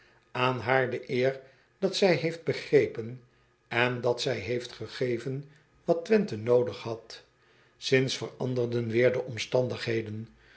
an haar de eer dat zij heeft begrepen en dat zij heeft gegeven wat wenthe noodig had ints veranderden weêr de omstandigheden